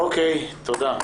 אוקי, תודה.